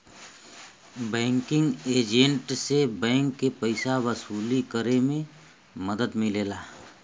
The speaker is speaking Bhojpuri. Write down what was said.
बैंकिंग एजेंट से बैंक के पइसा वसूली करे में मदद मिलेला